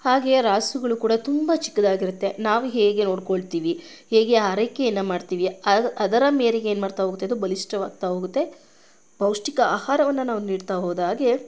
ಹಾಗೆ ರಾಸುಗಳೂ ಕೂಡ ತುಂಬ ಚಿಕ್ಕದಾಗಿರುತ್ತೆ ನಾವು ಹೇಗೆ ನೋಡ್ಕೊಳ್ತೀವಿ ಹೇಗೆ ಆರೈಕೆನ ಮಾಡ್ತೀವಿ ಅದರ ಮೇರೆಗೆ ಏನು ಮಾಡ್ತಾ ಹೋಗ್ತದೆ ಅದು ತುಂಬ ಬಲಿಷ್ಠವಾಗುತ್ತಾ ಹೋಗುತ್ತೆ ಪೌಷ್ಟಿಕ ಆಹಾರವನ್ನು ನಾವು ನೀಡ್ತಾ ಹೋದ ಹಾಗೆ